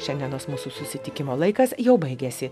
šiandienos mūsų susitikimo laikas jau baigėsi